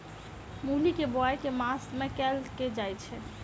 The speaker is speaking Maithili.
मूली केँ बोआई केँ मास मे कैल जाएँ छैय?